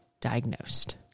diagnosed